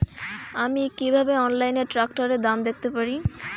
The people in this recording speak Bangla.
আমি কিভাবে অনলাইনে ট্রাক্টরের দাম দেখতে পারি?